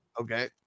Okay